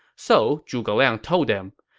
so zhuge liang told them,